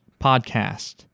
podcast